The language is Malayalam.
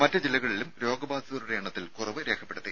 മറ്റ് ജില്ലകളിലും കോവിഡ് ബാധിതരുടെ എണ്ണത്തിൽ കുറവ് രേഖപ്പെടുത്തി